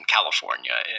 California